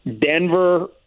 Denver